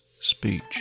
speech